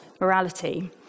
morality